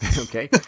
Okay